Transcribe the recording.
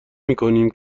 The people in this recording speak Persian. میکنیم